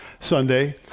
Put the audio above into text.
Sunday